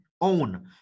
own